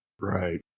Right